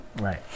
Right